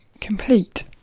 complete